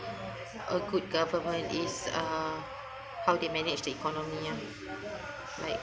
a good government is uh how they manage the economy ya like